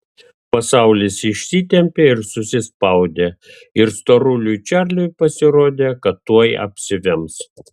pasaulis išsitempė ir susispaudė ir storuliui čarliui pasirodė kad tuoj apsivems